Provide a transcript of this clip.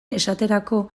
esaterako